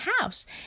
house